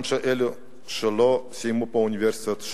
גם אלו שלא סיימו פה אוניברסיטאות,